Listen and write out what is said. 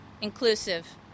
inclusive